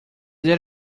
that